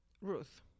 Ruth